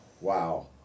wow